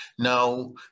Now